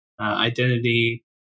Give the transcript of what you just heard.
identity